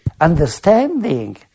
Understanding